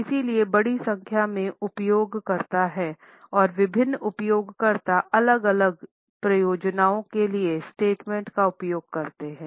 इसलिए बड़ी संख्या में उपयोगकर्ता हैं और विभिन्न उपयोगकर्ता अलग अलग प्रयोजनों के लिए स्टेटमेंट का उपयोग करते हैं